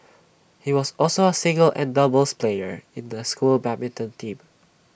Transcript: he was also A singles and doubles player in the school's badminton team